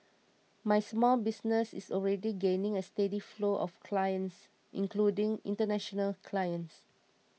my small business is already gaining a steady flow of clients including international clients